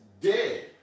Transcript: dead